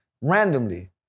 randomly